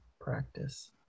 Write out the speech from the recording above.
practice